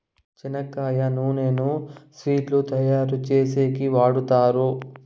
చెనక్కాయ నూనెను స్వీట్లు తయారు చేసేకి వాడుతారు